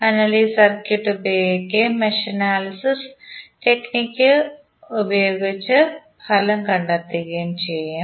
അതിനാൽ ഈ സർക്യൂട്ട് ഉപയോഗിക്കുകയും മെഷ് അനാലിസിസ് ടെക്നിക് പ്രയോഗിച്ച് ഫലം കണ്ടെത്തുകയും ചെയ്യും